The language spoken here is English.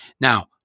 Now